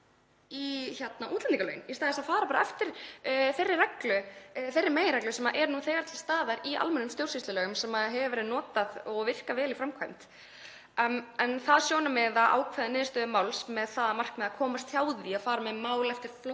í stað þess að fara eftir þeirri meginreglu sem er nú þegar til staðar í almennum stjórnsýslulögum sem hefur verið notuð og virkar vel í framkvæmd. En það sjónarmið að ákveða niðurstöðu máls með það að markmiði að komast hjá því að fara með mál í gegnum